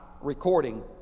recording